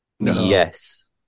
Yes